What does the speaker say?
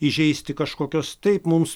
įžeisti kažkokios taip mums